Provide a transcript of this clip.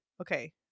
Okay